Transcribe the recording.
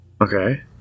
Okay